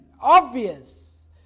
obvious